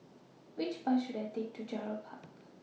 Which Bus should I Take to Gerald Park